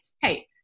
hey